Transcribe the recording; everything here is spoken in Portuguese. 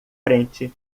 frente